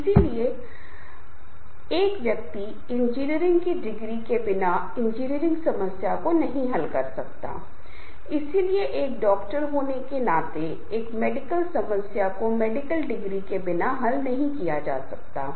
अब मानव व्यवहार स्वयं एक बहुत ही जटिल व्यवहार है क्योंकि कई बार यह अनुमान लगाना बहुत मुश्किल हो जाता है कि व्यक्ति के दिमाग में क्या चल रहा है